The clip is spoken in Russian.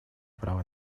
права